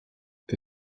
the